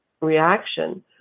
reaction